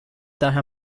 daher